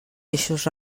eixos